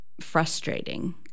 frustrating